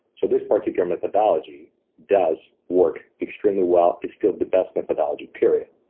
so this particular methodology does work extremely well. it's still the best methodology, period.